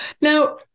Now